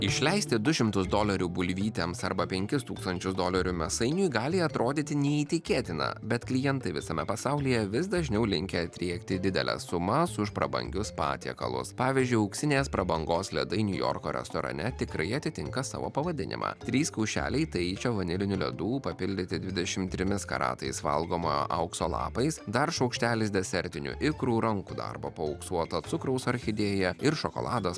išleisti du šimtus dolerių bulvytėms arba penkis tūkstančius dolerių mėsainiui gali atrodyti neįtikėtina bet klientai visame pasaulyje vis dažniau linkę atriekti dideles sumas už prabangius patiekalus pavyzdžiui auksinės prabangos ledai niujorko restorane tikrai atitinka savo pavadinimą trys kaušeliai taičio vanilinių ledų papildyti dvidešimt trimis karatais valgomojo aukso lapais dar šaukštelis desertinių ikrų rankų darbo paauksuoto cukraus orchidėja ir šokoladas